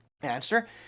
Answer